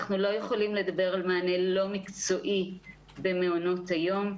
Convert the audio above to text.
אנחנו לא יכולים לדבר על מענה לא מקצועי במעונות היום,